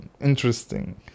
interesting